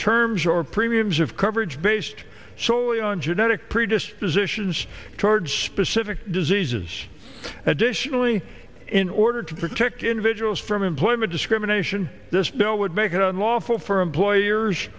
terms or premiums of coverage based solely on genetic predispositions toward specific diseases additionally in order to protect individuals from employment discrimination this bill would make it unlawful for employers